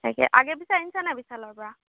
তাকে আগে পিছে আনিছা নে নাই বিশালৰ পৰা